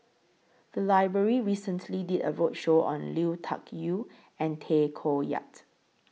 The Library recently did A roadshow on Lui Tuck Yew and Tay Koh Yat